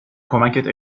کمکت